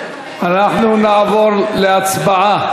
אנחנו נעבור להצבעה,